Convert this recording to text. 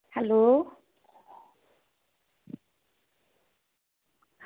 hello